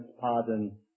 pardon